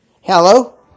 Hello